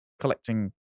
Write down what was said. collecting